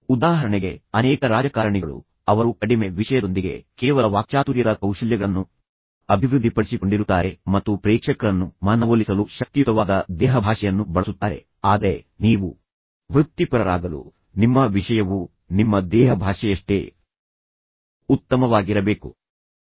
ಉದಾಹರಣೆಗೆ ಅನೇಕ ರಾಜಕಾರಣಿಗಳು ಅವರು ಕಡಿಮೆ ವಿಷಯದೊಂದಿಗೆ ಕೇವಲ ವಾಕ್ಚಾತುರ್ಯದ ಕೌಶಲ್ಯಗಳನ್ನು ಅಭಿವೃದ್ಧಿಪಡಿಸಿಕೊಂಡಿರುತ್ತಾರೆ ಮತ್ತು ಪ್ರೇಕ್ಷಕರನ್ನು ಮನವೊಲಿಸಲು ಶಕ್ತಿಯುತವಾದ ದೇಹಭಾಷೆಯನ್ನು ಬಳಸುತ್ತಾರೆ ಆದರೆ ನೀವು ವೃತ್ತಿಪರರಾಗಲು ನಿಮ್ಮ ವಿಷಯವು ನಿಮ್ಮ ದೇಹಭಾಷೆಯಷ್ಟೇ ಉತ್ತಮವಾಗಿರಬೇಕು ಎಂದು ನಾನು ಒತ್ತಿ ಹೇಳಿದ್ದೇನೆ